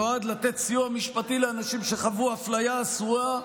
שנועד לתת סיוע משפטי לאנשים שחוו אפליה אסורה,